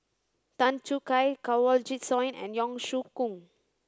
Tan Choo Kai Kanwaljit Soin and Yong Shu Hoong